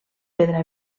pedra